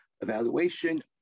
evaluation